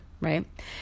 right